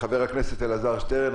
חבר הכנסת אלעזר שטרן,